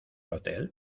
hotel